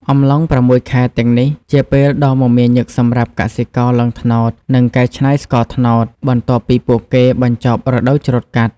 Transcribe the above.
អំឡុង៦ខែទាំងនេះ ជាពេលដ៏មមាញឹកសម្រាប់កសិករឡើងត្នោត និងកែច្នៃស្ករត្នោត បន្ទាប់ពីពួកគេបញ្ចប់រដូវច្រូតកាត់។